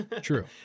True